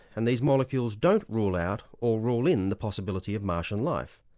and these molecules don't rule out or rule in the possibility of martian life,